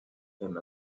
him